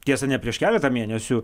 tiesa ne prieš keletą mėnesių